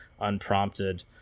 unprompted